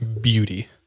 beauty